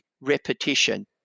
repetition